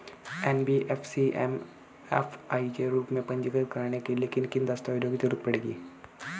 NBFC MFI के रूप में पंजीकृत कराने के लिए किन किन दस्तावेजों की जरूरत पड़ेगी?